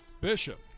Bishop